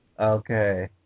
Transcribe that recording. Okay